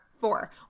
four